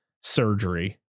surgery